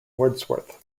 wordsworth